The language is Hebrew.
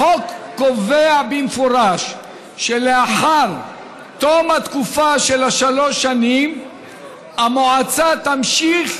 החוק קובע במפורש שלאחר תום התקופה של שלוש השנים המועצה תמשיך